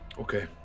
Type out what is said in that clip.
Okay